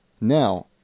Now